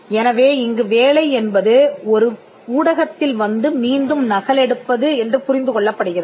எனவே இங்கு வேலை என்பது ஒரு ஊடகத்தில் வந்து மீண்டும் நகலெடுப்பது என்று புரிந்து கொள்ளப்படுகிறது